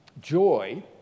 joy